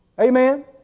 Amen